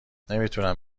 نمیتونم